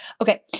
Okay